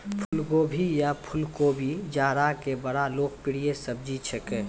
फुलगोभी या फुलकोबी जाड़ा के बड़ा लोकप्रिय सब्जी छेकै